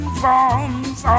forms